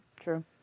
true